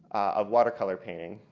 of water color painting.